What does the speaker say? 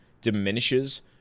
diminishes